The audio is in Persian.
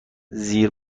زیر